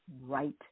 right